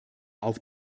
auf